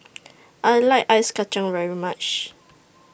I like Ice Kachang very much